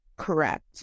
Correct